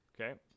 Okay